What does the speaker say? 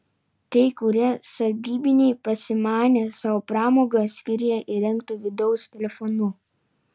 kai kurie sargybiniai prasimanė sau pramogą skyriuje įrengtu vidaus telefonu